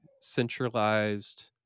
centralized